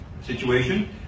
situation